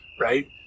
right